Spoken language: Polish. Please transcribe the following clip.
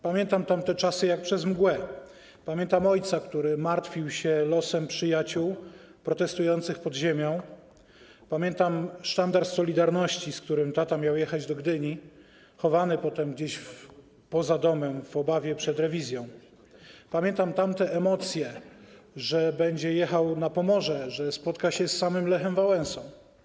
Pamiętam tamte czasy jak przez mgłę, pamiętam ojca, który martwił się losem przyjaciół protestujących pod ziemią, pamiętam sztandar „Solidarności”, z którym tata miał jechać do Gdyni, chowany potem gdzieś poza domem w obawie przed rewizją, pamiętam tamte emocje, że będzie jechał na Pomorze, że spotka się z samym Lechem Wałęsą.